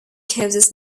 causes